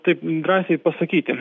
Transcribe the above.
taip drąsiai pasakyti